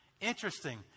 Interesting